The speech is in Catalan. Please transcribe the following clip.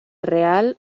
real